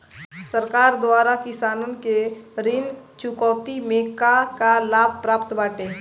सरकार द्वारा किसानन के ऋण चुकौती में का का लाभ प्राप्त बाटे?